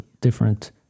different